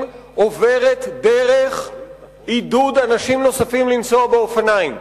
עוברת דרך עידוד אנשים נוספים לנסוע באופניים.